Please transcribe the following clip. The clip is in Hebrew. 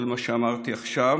כל מה שאמרתי עכשיו,